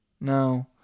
No